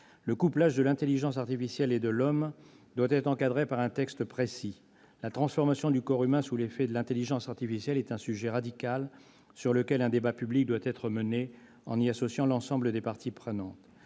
le couplage de l'intelligence artificielle et de l'homme doit être encadré par un texte précis. La transformation du corps humain sous l'effet de l'intelligence artificielle est un sujet radical, sur lequel un débat public doit être mené en y associant l'ensemble des parties prenantes.